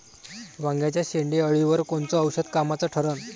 वांग्याच्या शेंडेअळीवर कोनचं औषध कामाचं ठरन?